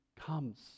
comes